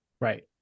Right